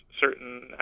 certain